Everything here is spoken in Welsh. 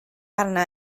arna